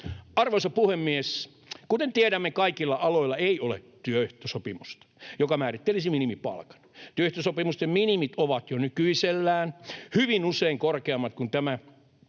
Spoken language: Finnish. Arvoisa puhemies! Kuten tiedämme, kaikilla aloilla ei ole työehtosopimusta, joka määrittelisi minimipalkan. Työehtosopimusten minimit ovat jo nykyisellään hyvin usein korkeammat kuin tämä asetettava